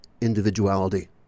individuality